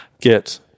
get